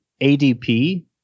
adp